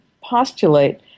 postulate